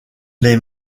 les